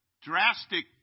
drastic